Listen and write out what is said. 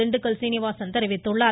திண்டுக்கல் சீனிவாசன் தெரிவித்துள்ளார்